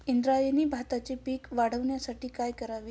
इंद्रायणी भाताचे पीक वाढण्यासाठी काय करावे?